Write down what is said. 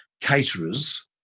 caterers